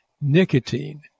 nicotine